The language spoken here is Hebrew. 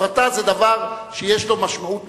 הפרטה זה דבר שיש לו משמעות משפטית,